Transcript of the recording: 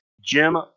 Jim